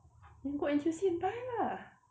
then go N_T_U_C and buy lah